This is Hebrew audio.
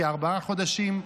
כארבעה חודשים,